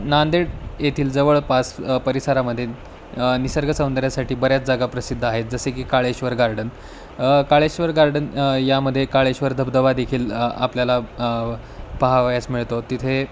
नांदेड येथील जवळपास परिसरामध्ये निसर्ग सौंदर्यासाठी बऱ्याच जागा प्रसिद्ध आहेत जसे की काळेश्वर गार्डन काळेश्वर गार्डन यामध्ये काळेश्वर धबधबा देखील आपल्याला पहावयास मिळतो तिथे